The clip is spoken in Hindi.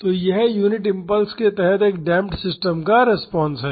तो यह यूनिट इम्पल्स के तहत एक डेमप्ड सिस्टम का रिस्पांस है